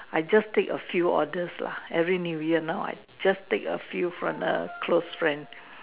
I just a few orders lah every new year now I just take a few from the close friend